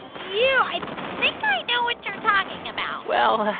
yeah i think i know what you're talking about well,